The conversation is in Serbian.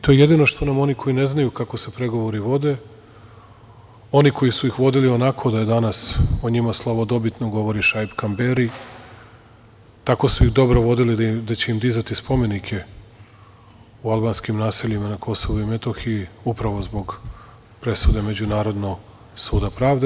To je jedino što nam oni koji ne znaju kako se pregovori vode, oni koji su ih vodili onako da je danas o njima slavodobitno govori Šaip Kamberi, tako su ih dobro vodili da će im dizati spomenike u albanskim naseljima na Kosovu i Metohiji, upravo zbog presude Međunarodnog suda pravde.